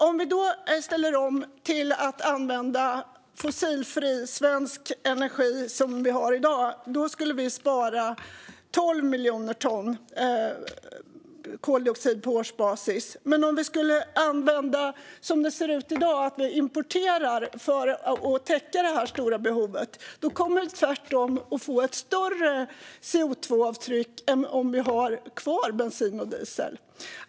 Om vi ställer om till att använda fossilfri svensk energi, som finns i dag, skulle det innebära en minskning med 12 miljoner ton koldioxid på årsbasis. Men om vi skulle, som det ser ut i dag, importera för att täcka det stora behovet kommer det tvärtom att bli ett större CO2-avtryck än om bensin och diesel finns kvar.